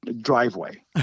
driveway